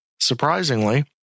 Surprisingly